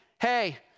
hey